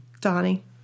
Donnie